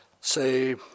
say